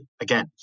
again